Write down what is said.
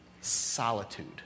solitude